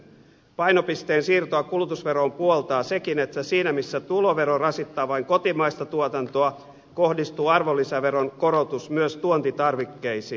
painopisteen siirtoa kulutusveroon puoltaa sekin että siinä missä tulovero rasittaa vain kotimaista tuotantoa kohdistuu arvonlisäveron korotus myös tuontitarvikkeisiin